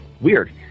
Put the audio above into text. weird